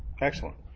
excellent